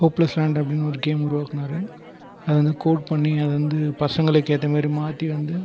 hopeless land அப்படின்னு ஒரு game உருவாக்கினாரு அதை வந்து கோட் பண்ணி அதை வந்து பசங்களுக்கு ஏற்ற மாதிரி மாற்றி வந்து